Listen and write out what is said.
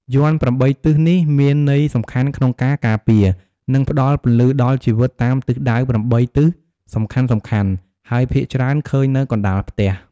យ័ន្ត ៨ ទិសនេះមានន័យសំខាន់ក្នុងការការពារ និងផ្ដល់ពន្លឺដល់ជីវិត តាមទិសដៅ ៨ ទិសសំខាន់ៗ ហើយភាគច្រើនឃើញនៅកណ្តាលផ្ទះ។